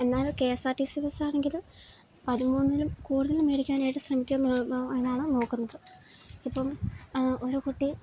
എന്നാൽ K S R T C ബസാണെങ്കിൽ പതിമൂന്നിലും കൂടുതലും മേടിക്കാനായിട്ട് ശ്രമിക്കുന്നു എന്നാണ് നോക്കുന്നത് ഇപ്പം ഓരോ കുട്ടി